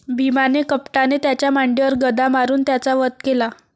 भीमाने कपटाने त्याच्या मांडीवर गदा मारून त्याचा वध केला